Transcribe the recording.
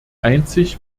einzig